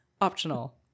optional